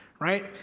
right